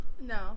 no